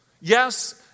Yes